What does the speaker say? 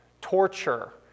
torture